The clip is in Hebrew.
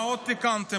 מה עוד תיקנתם?